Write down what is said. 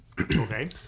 okay